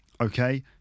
okay